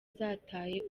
zataye